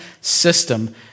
system